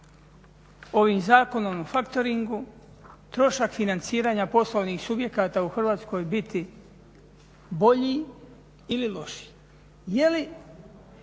ovim Zakonom o factoringu trošak financiranja poslovnih subjekata u Hrvatskoj biti bolji ili lošiji?